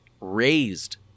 raised